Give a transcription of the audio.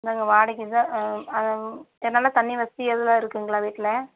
நாங்கள் வாடகை தான் எ நல்லா தண்ணி வசதி எல்லாம் இருக்குதுங்களா வீட்டில்